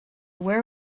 where